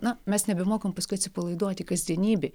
na mes nebemokam paskui atsipalaiduoti kasdienybėj